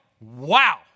wow